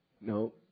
No